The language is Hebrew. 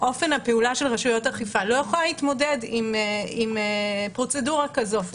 ואופן הפעולה של רשויות האכיפה לא יכולים להתמודד עם פרוצדורה כזאת.